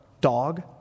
dog